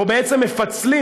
או בעצם מפצלים,